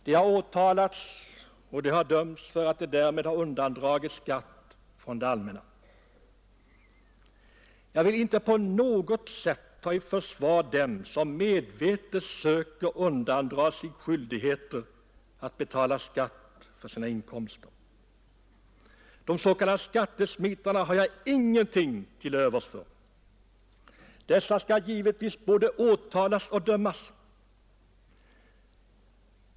De har åtalats, och de har dömts för att därmed ha undandragit skatt från det allmänna. Jag vill inte på något sätt ta i försvar dem som medvetet söker undandra sig skyldigheten att betala skatt för sina inkomster. De s.k. skattesmitarna har jag ingenting till övers för. Dessa skall givetvis både åtalas och dömas.